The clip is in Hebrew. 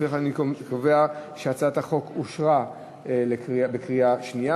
לפיכך, אני קובע שהצעת החוק אושרה בקריאה שנייה.